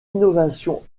innovation